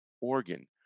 organ